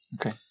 Okay